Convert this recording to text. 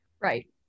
Right